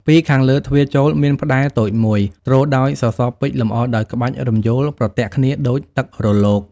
ពីខាងលើទ្វារចូល មាន ផ្តែរតូចមួយ ទ្រដោយសសរពេជ្រ លម្អដោយ ក្បាច់រំយោលប្រទាក់គ្នាដូចទឹករលក។